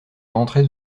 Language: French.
rentrer